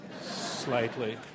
slightly